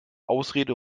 ausrede